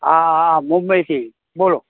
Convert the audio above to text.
હા હા મુંબઈથી બોલો